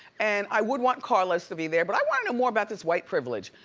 and i would want carlos to be there. but, i want to know more about this white privilege.